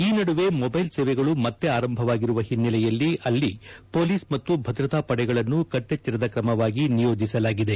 ಈ ನಡುವೆ ಮೊಬ್ನೆಲ್ ಸೇವೆಗಳು ಮತ್ತೆ ಆರಂಭವಾಗಿರುವ ಹಿನ್ನೆಲೆಯಲ್ಲಿ ಅಲ್ಲಿ ಪೊಲೀಸ್ ಮತ್ತು ಭದ್ರತಾ ಪಡೆಗಳನ್ನು ಕಟ್ಲೆಚ್ಲರದ ಕ್ರಮವಾಗಿ ನಿಯೋಜಿಸಲಾಗಿದೆ